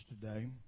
today